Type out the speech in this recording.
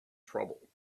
trouble